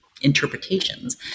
interpretations